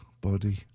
body